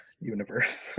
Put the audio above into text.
universe